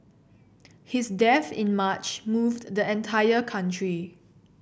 his death in March moved the entire country